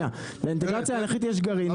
באינטגרציה האנכית יש גרעינים,